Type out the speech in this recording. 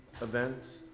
events